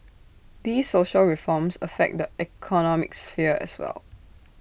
these social reforms affect the economic sphere as well